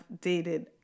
dated